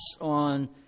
on